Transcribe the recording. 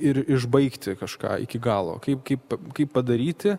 ir išbaigti kažką iki galo kaip kaip kaip padaryti